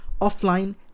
offline